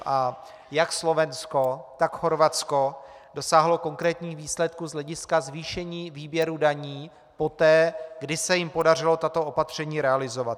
A jak Slovensko, tak Chorvatsko dosáhly konkrétních výsledků z hlediska zvýšení výběru daní poté, kdy se jim podařilo tato opatření realizovat.